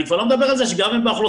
אני כבר לא מדבר על זה שגם אם באוכלוסייה